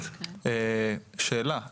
שאלה לבשאראת,